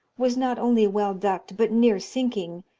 was not only well ducked, but near sinking,